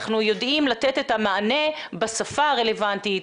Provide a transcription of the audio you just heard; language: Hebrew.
אנחנו יודעים לתת את המענה בשפה הרלוונטית,